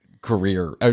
career